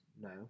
no